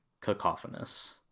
cacophonous